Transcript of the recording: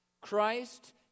Christ